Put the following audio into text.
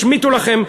השמיטו לכם,